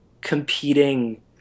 competing